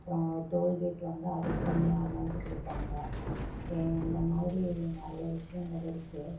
அப்றம் டோல்கேட் வந்தால் அதுக்கு தனியாக அமௌண்ட் கொடுப்பாங்க இந்தமாதிரி நிறைய விஷயங்கள் இருக்குது